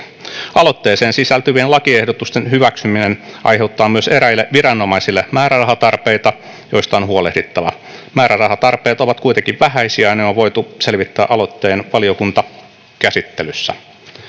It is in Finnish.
aloitteeseen sisältyvien lakiehdotusten hyväksyminen aiheuttaa myös eräille viranomaisille määrärahatarpeita joista on huolehdittava määrärahatarpeet ovat kuitenkin vähäisiä ja ne on voitu selvittää aloitteen valiokuntakäsittelyssä